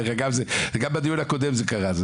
גם בדיון הקודם זה קרה.